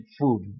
food